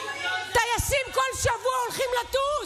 טייסים בכל שבוע הולכים לטוס.